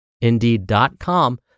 indeed.com